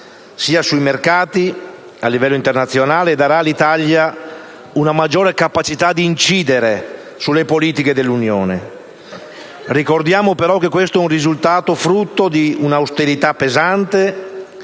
sui mercati a livello internazionale e darà all'Italia una maggiore capacità di incidere sulle politiche dell'Unione. Ricordiamo però che questo è un risultato frutto di un'austerità pesante,